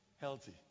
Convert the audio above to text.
Healthy